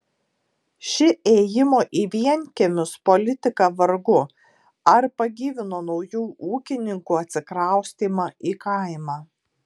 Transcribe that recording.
ši ėjimo į vienkiemius politika vargu ar pagyvino naujų ūkininkų atsikraustymą į kaimą